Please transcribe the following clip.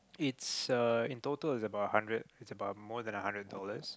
it's uh in total it's about a hundred it's about more than a hundred dollars